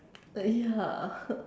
uh ya